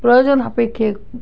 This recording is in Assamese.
প্ৰয়োজন সাপেক্ষে